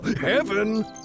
Heaven